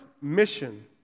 mission